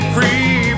Free